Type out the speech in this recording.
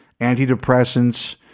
antidepressants